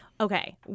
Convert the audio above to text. okay